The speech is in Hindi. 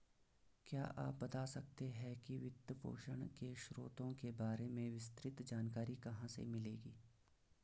क्या आप बता सकते है कि वित्तपोषण के स्रोतों के बारे में विस्तृत जानकारी कहाँ से मिलेगी?